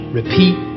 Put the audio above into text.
repeat